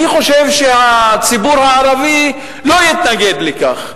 אני חושב שהציבור הערבי לא יתנגד לכך.